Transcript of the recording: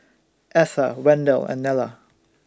Etha Wendell and Nella